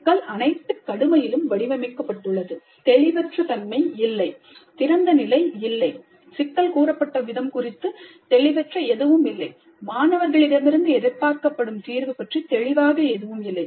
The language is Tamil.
சிக்கல் அனைத்து கடுமையிலும் வடிவமைக்கப்பட்டுள்ளது தெளிவற்ற தன்மை இல்லை திறந்தநிலை இல்லை சிக்கல் கூறப்பட்ட விதம் குறித்து தெளிவற்ற எதுவும் இல்லை மாணவர்களிடமிருந்து எதிர்பார்க்கப்படும் தீர்வு பற்றி தெளிவாக எதுவும் இல்லை